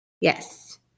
Yes